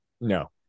No